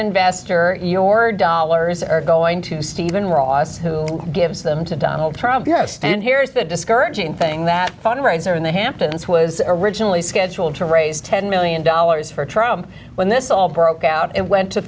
investor your dollar is going to stephen ross who gives them to donald trump yes and here is the discouraging thing that fundraiser in the hamptons was originally scheduled to raise ten million dollars for trump when this all broke out and went to